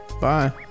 bye